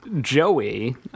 Joey